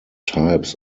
types